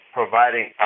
providing